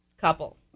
couple